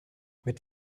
mit